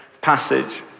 passage